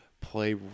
play